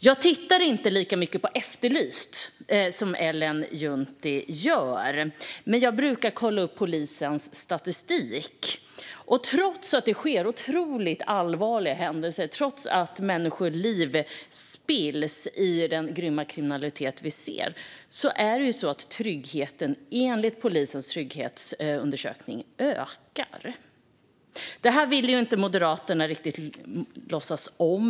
Jag tittar inte lika mycket på Efterlyst som Ellen Juntti gör. Men jag brukar kolla upp polisens statistik. Trots att det sker otroligt allvarliga händelser, trots att människoliv spills på grund av den grymma kriminaliteten ökar tryggheten, enligt polisens trygghetsundersökning. Det vill Moderaterna inte riktigt låtsas om.